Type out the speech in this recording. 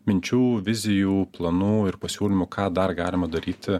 minčių vizijų planų ir pasiūlymų ką dar galima daryti